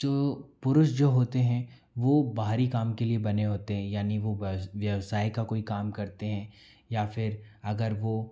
जो पुरुष जो होते हें वो बाहरी काम के लिए बने होते हें यानि वो व्यवसाय का कोई काम करते हैं या फिर अगर वो